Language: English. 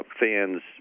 fans